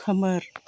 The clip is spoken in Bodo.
खोमोर